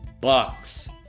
bucks